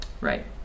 Right